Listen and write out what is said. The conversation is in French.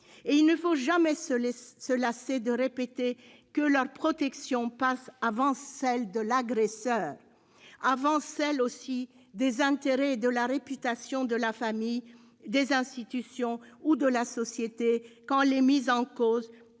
Il ne faut jamais se lasser de répéter que leur protection passe avant celle de l'agresseur, avant celle, aussi, des intérêts et de la réputation de la famille, des institutions ou de la société, quand les mis en cause